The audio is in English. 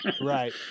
Right